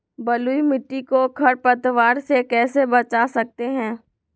बलुई मिट्टी को खर पतवार से कैसे बच्चा सकते हैँ?